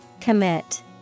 Commit